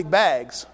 bags